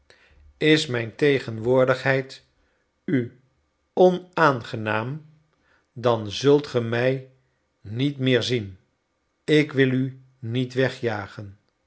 is mijn tegenwoordigheid u onaangenaam dan zult ge mij niet meer zien ik wil u niet wegjagen